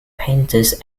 painters